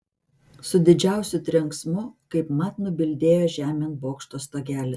su didžiausiu trenksmu kaip mat nubildėjo žemėn bokšto stogelis